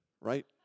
right